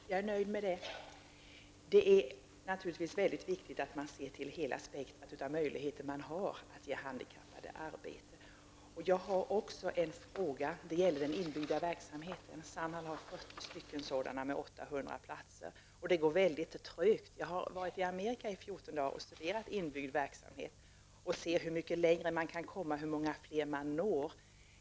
Herr talman! Jag är nöjd med det svaret. Det är naturligtvis väldigt viktigt att man ser till hela det spektrum av möjligheter vi har att ge de handikappade arbete. Jag vill också ställa en fråga beträffande den inbyggda verksamheten. Samhall har sådan verksamhet på 40 olika håll med 800 arbetsplatser. Den verksamheten går väldigt trögt. Jag har varit i Amerika i 14 dagar och studerat inbyggd verksamhet. Jag har då sett hur mycket längre man kan komma och hur många fler man kan nå.